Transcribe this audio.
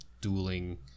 dueling